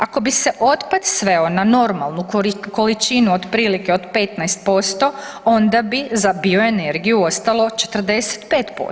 Ako bi se otpad sveo na normalnu količinu otprilike od 15% onda bi za bioenergiju ostalo 45%